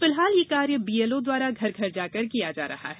फिलहाल यह कार्य बीएलओ द्वारा घर घर जाकर किया जा रहा है